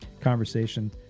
conversation